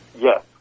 Yes